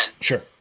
Sure